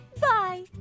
bye